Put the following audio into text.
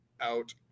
out